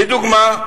לדוגמה,